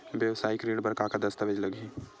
वेवसायिक ऋण बर का का दस्तावेज लगही?